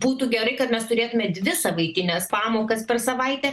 būtų gerai kad mes turėtume dvi savaitines pamokas per savaitę